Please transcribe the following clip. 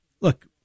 look